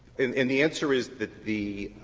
and and the answer is that the